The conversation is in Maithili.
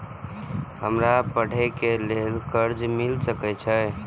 हमरा पढ़े के लेल कर्जा मिल सके छे?